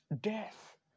Death